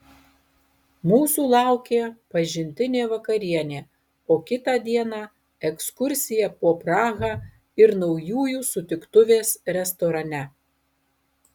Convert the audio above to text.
mūsų laukė pažintinė vakarienė o kitą dieną ekskursija po prahą ir naujųjų sutiktuvės restorane